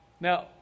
Now